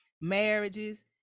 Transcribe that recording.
marriages